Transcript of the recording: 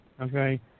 Okay